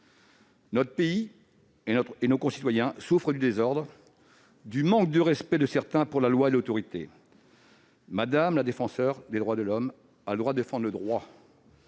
Notre pays et nos concitoyens souffrent du désordre, du manque de respect de certains pour la loi et l'autorité. Mme la Défenseure des droits a le droit de défendre le droit,